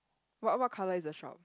what what colour is the shop